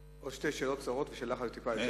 עוד שתי שאלות קצרות ושאלה אחת טיפה יותר ארוכה.